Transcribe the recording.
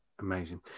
Amazing